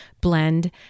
blend